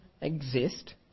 exist